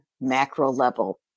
macro-level